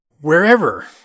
wherever